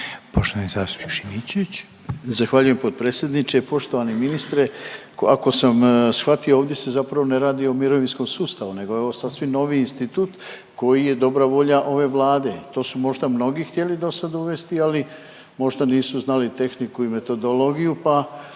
Rade (HDZ)** Zahvaljujem potpredsjedniče. Poštovani ministre, ako sam shvatio ovdje se zapravo ne radi o mirovinskom sustavu nego je ovo sasvim novi institut koji je dobra volja ove Vlade. To su možda mnogi htjeli dosad uvesti ali možda nisu znali tehniku i metodologiju pa,